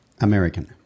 American